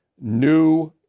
New